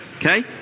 Okay